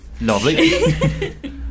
lovely